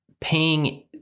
paying